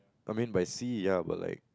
I mean by sea but like